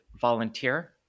volunteer